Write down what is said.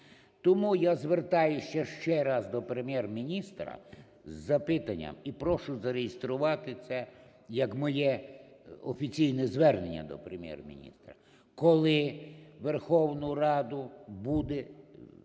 Тому я звертаюся ще раз до Прем’єр-міністра з запитанням і прошу зареєструвати це як моє офіційне звернення до Прем'єр-міністра: